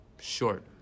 short